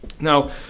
Now